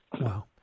Wow